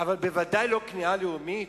בוודאי לא כניעה לאומית.